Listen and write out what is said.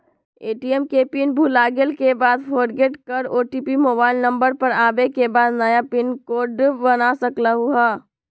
ATM के PIN भुलागेल के बाद फोरगेट कर ओ.टी.पी मोबाइल नंबर पर आवे के बाद नया पिन कोड बना सकलहु ह?